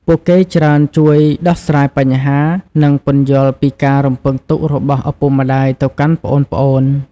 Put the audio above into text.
ពួកគេច្រើនជួយដោះស្រាយបញ្ហា និងពន្យល់ពីការរំពឹងទុករបស់ឪពុកម្ដាយទៅកាន់ប្អូនៗ។